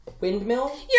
Windmill